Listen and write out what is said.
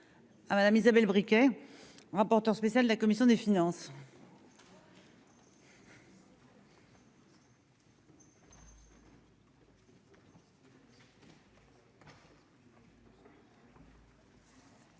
Madame Isabelle briquet, rapporteur spécial de la commission des finances.